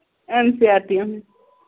N C R T ہٕنٛہ